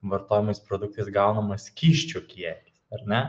vartojamais produktais gaunamas skysčių kiekis ar ne